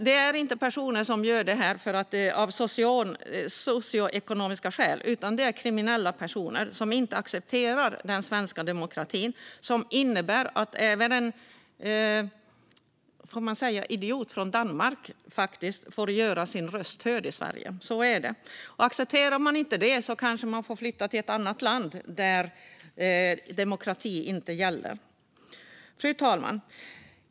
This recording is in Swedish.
Det är inte personer som gör detta av socioekonomiska skäl, utan det handlar om kriminella personer som inte accepterar den svenska demokratin där även en idiot från Danmark, om jag får säga så, får göra sin röst hörd. Accepterar man inte detta kanske man ska flytta till ett annat land där demokrati inte gäller. Fru talman!